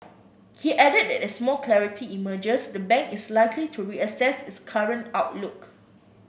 he added that as more clarity emerges the bank is likely to reassess its current outlook